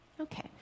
Okay